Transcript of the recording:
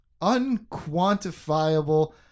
unquantifiable